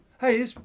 Hey